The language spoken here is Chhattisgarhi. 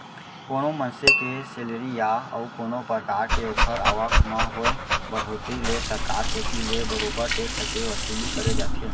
कोनो मनसे के सेलरी या अउ कोनो परकार के ओखर आवक म होय बड़होत्तरी ले सरकार कोती ले बरोबर टेक्स के वसूली करे जाथे